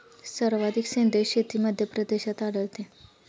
सर्वाधिक सेंद्रिय शेती मध्यप्रदेशात आढळते